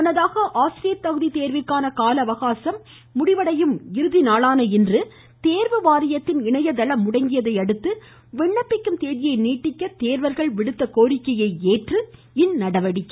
முன்னதாக ஆசிரியர் தகுதி தேர்விற்கான கால அவகாசம் முடிவடையும் இறுதிநாளான இன்று தேர்வு வாரியத்தின் இணையதளம் முடங்கியதையடுத்து விண்ணப்பிக்கும் தேதியை நீட்டிக்க தேர்வர்கள் விடுத்த கோரிக்கையை ஏற்று இந்நடவடிக்கை